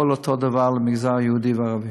הכול אותו דבר למגזר היהודי והערבי.